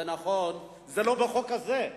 זה לא בחוק הזה,